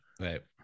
right